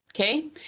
okay